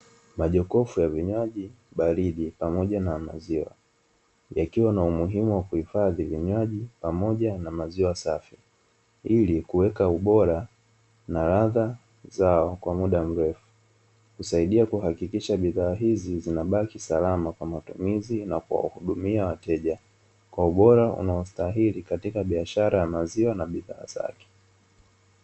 Majokofu ya vinywaji baridi pamoja na maziwa yakiwa na umuhimu wa kuhifadhi vinywaji pamoja na maziwa safi ili kuweka ubora na ladha zao kwa muda mrefu. Husaidia kuhakikisha bidhaa hizi zinabaki salama kwa matumizi na kuwahudumia wateja kwa ubora unaostahili katika biashara ya maziwa na bidhaa zake.